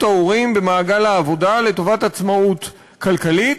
ההורים במעגל העבודה לטובת עצמאות כלכלית,